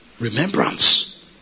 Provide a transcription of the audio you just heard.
Remembrance